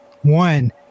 one